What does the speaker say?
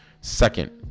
Second